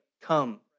come